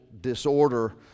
disorder